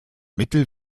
mittel